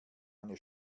eine